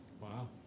Wow